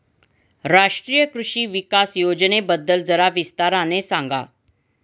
राष्ट्रीय कृषि विकास योजनेबद्दल जरा विस्ताराने सांगा